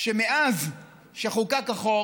שמאז שחוקק החוק